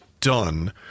done